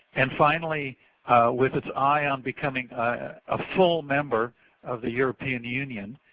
and finally with its eye on becoming a full member of the european union,